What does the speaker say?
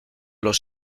los